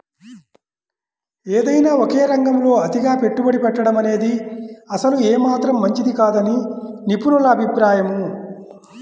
ఏదైనా ఒకే రంగంలో అతిగా పెట్టుబడి పెట్టడమనేది అసలు ఏమాత్రం మంచిది కాదని నిపుణుల అభిప్రాయం